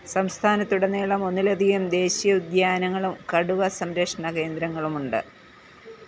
സംസ്ഥാനത്ത് ഉടനീളം ഒന്നിലധികം ദേശീയ ഉദ്യാനങ്ങളും കടുവ സംരക്ഷണ കേന്ദ്രങ്ങളുമുണ്ട്